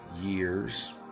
years